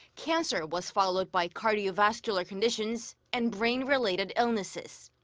cancer was followed by cardiovascular conditions. and brain-related illnesses.